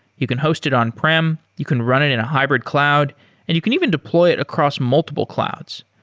you can host it on-prem, you can run it in a hybrid cloud and you can even deploy it across multiple clouds.